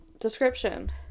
description